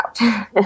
out